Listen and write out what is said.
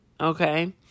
okay